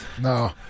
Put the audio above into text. No